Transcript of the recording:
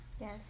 Yes